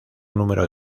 número